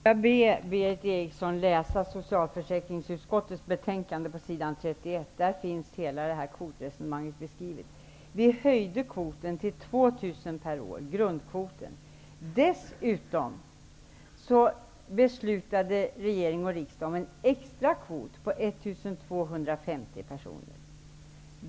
Herr talman! Får jag be Berith Eriksson läsa på s. 31 i socialförsäkringsutskottets betänkande -- där redovisas hela detta kvotresonemang. Vi höjde grundkvoten till 2 000 personer per år. Dessutom beslutade regering och riksdag om en extra kvot om 1 250 personer.